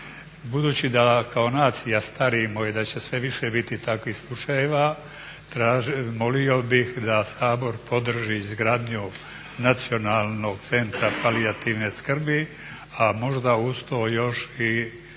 Budući da kao nacija starimo i da će sve više biti takvih slučajeva molio bih da Sabor podrži izgradnju Nacionalnog centa palijativne skrbi, a možda uz to još i